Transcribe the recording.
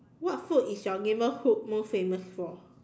what food is your neighbourhood most famous for